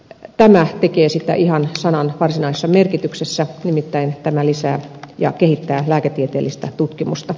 tämä tekee sitä ihan sanan varsinaisessa merkityksessä nimittäin tämä lisää ja kehittää lääketieteellistä tutkimusta